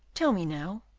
tell me now,